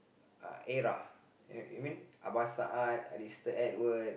era you you mean Aban Saat Alistair-Edwards